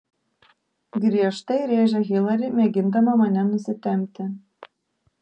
griežtai rėžia hilari mėgindama mane nusitempti